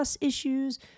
issues